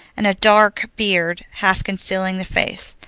and a dark beard half concealing the face.